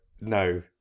no